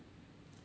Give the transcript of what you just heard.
so